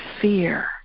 fear